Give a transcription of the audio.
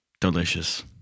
delicious